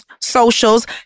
socials